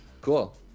Cool